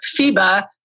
FIBA